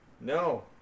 No